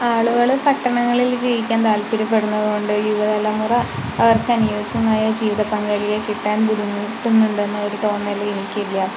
ആളുകള് പട്ടണങ്ങളിൽ ജീവിക്കാൻ താല്പര്യപ്പെടുന്നതുകൊണ്ട് യുവതലമുറ അവർക്ക് അനുയോജ്യമായ ജീവിതപങ്കാളിയെ കിട്ടാൻ ബുദ്ധിമുട്ടുന്നുണ്ടെന്നൊരു തോന്നൽ എനിക്കില്ല